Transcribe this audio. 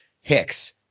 Hicks